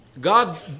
God